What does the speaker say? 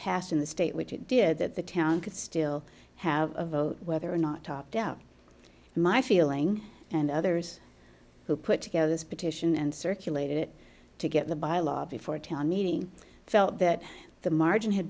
passed in the state which it did that the town could still have a vote whether or not opt out my feeling and others who put together this petition and circulated it to get the by a lobby for a town meeting felt that the margin had